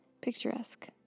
picturesque